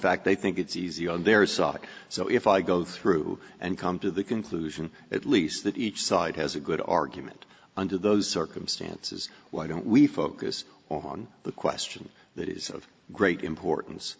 fact they think it's easy on their side so if i go through and come to the conclusion at least that each side has a good argument under those circumstances why don't we focus on the question that is of great importance